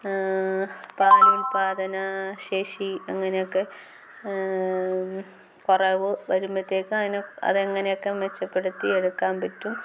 പാലുൽപാദനശേഷി അങ്ങനെ ഒക്കെ കുറവ് വരുമ്പോഴത്തേക്കും അത് അതെങ്ങനെയൊക്കെ മെച്ചപ്പെടുത്തി എടുക്കാൻ പറ്റും